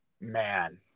man